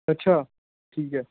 ਅੱਛਾ ਠੀਕ ਹੈ